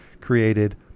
created